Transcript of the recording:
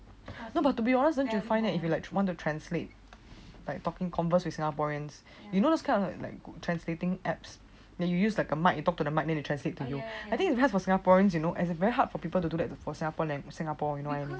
no but to be honest don't you find that if you want to translate like talking converse with singaporeans you know those kind of like translating apps that you use like a mic then you talk to the mic then they translate for you I think it is hard for singaporeans you know as in very hard for people to do that for singapore language in singapore